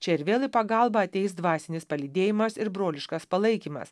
čia ir vėl į pagalbą ateis dvasinis palydėjimas ir broliškas palaikymas